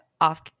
off